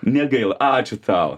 negaila ačiū tau